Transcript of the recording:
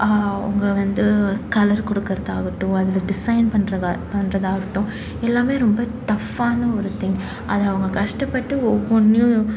அவங்க வந்து கலர் கொடுக்குறதாகட்டும் அதில் டிசைன் பண்றதாக பண்ணுறதாகட்டும் எல்லாமே ரொம்ப டஃப்பான ஒரு திங் அதை அவங்க கஷ்டப்பட்டு ஒவ்வொன்றையும்